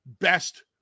best